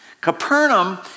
Capernaum